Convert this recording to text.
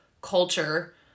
culture